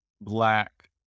Black